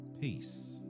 peace